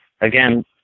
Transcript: Again